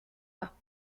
pas